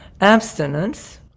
Abstinence